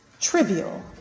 trivial